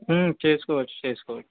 చేసుకోవచ్చు చేసుకోవచ్చు